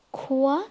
খোৱা